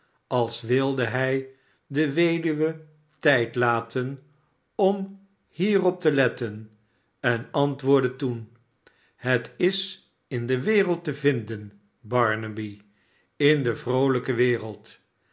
als wilde hij de weduwe tijd laten om hierop te letten en antwoordde toen het is in de wereld te vinden barnaby in de vroolijke wereld